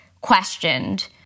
questioned